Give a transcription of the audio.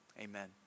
amen